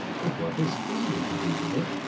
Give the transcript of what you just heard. but what has freedom to do with it?